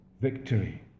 victory